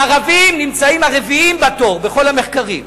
הערבים נמצאים הרביעים בתור, בכל המחקרים.